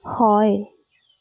হয়